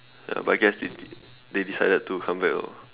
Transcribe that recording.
ya but I guess they did they decided to come back lor